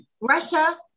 Russia